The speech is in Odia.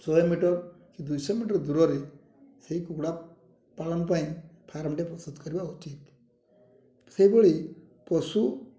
ଶହେ ମିଟର୍ ସେ ଦୁଇଶହ ମିଟର୍ ଦୂରରେ ସେଇ କୁକୁଡ଼ା ପାଳନ ପାଇଁ ଫାର୍ମଟେ ପ୍ରସ୍ତୁତ କରିବା ଉଚିତ୍ ସେହିଭଳି ପଶୁ